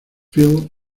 field